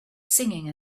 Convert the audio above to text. singing